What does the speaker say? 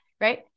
right